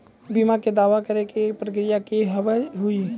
बीमा के दावा करे के प्रक्रिया का हाव हई?